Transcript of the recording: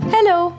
Hello